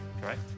Correct